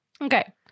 Okay